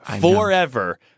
forever